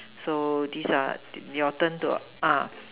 so this are your turn to uh